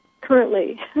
currently